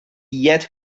yet